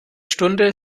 stunde